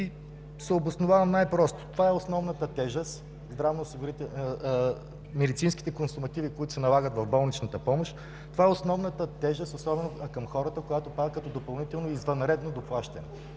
лв. Обосновавам се най-просто – това е основната тежест. Медицинските консумативи, които се налагат в болничната помощ, са основната тежест към хората, която пада като допълнително и извънредно доплащане.